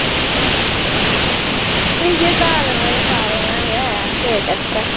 इयै स्हाब ऐ सारें दा गै केह् करचै